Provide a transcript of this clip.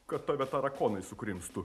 kad tave tarakonai sukrimstų